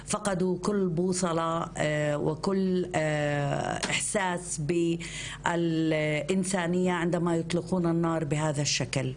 והם איבדו כל מצפן וכל תחושת אנושיות כשהם פותחים באש בצורה כזו.